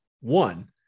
One